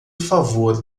favor